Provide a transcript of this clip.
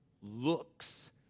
looks